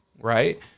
right